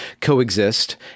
coexist